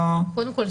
קודם כול,